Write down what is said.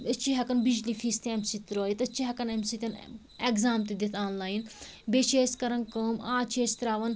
أسۍ چھِ ہٮ۪کان بجلی فیٖس تہِ اَمہِ سۭتۍ ترٛٲیِتھ أسۍ چھِ ہٮ۪کان اَمہِ سۭتۍ اٮ۪گزام تہِ دِتھ آن لایَن بیٚیہِ چھِ أسۍ کَران کٲم آز چھِ أسۍ ترٛاوان